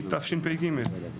מתשפ"ג.